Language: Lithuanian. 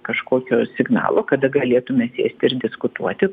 kažkokio signalo kada galėtume sėsti ir diskutuoti